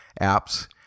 apps